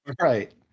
Right